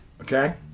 Okay